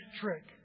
trick